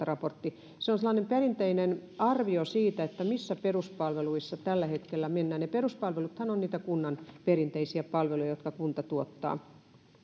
raportti se on sellainen perinteinen arvio siitä missä peruspalveluissa tällä hetkellä mennään peruspalveluthan ovat niitä kunnan perinteisiä palveluja jotka kunta tuottaa